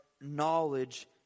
knowledge